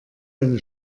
eine